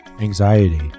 anxiety